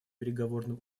переговорным